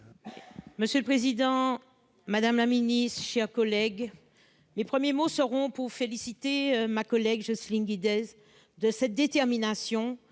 Monsieur le président, madame la secrétaire d'État, mes chers collègues, mes premiers mots seront pour féliciter ma collègue Jocelyne Guidez de sa détermination